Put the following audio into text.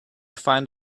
find